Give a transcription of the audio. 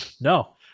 No